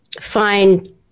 find